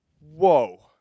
whoa